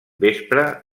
vespre